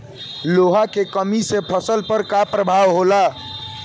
लोहा के कमी से फसल पर का प्रभाव होला?